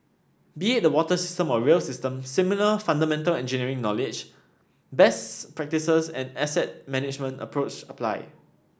be it the water system or rail system similar fundamental engineering knowledge best practices and asset management approach apply